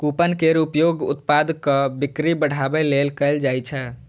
coupon केर उपयोग उत्पादक बिक्री बढ़ाबै लेल कैल जाइ छै